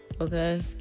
okay